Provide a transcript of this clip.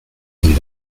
egin